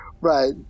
Right